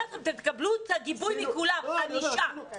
אתם תקבלו את הגיבוי מכולם לענישה.